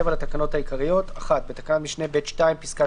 תקנות סמכויות מיוחדות להתמודדות עם נגיף הקורונה